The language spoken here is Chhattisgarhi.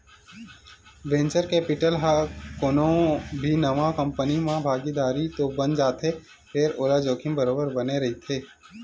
वेंचर केपिटल ह कोनो भी नवा कंपनी म भागीदार तो बन जाथे फेर ओला जोखिम बरोबर बने रहिथे